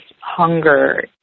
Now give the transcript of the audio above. hunger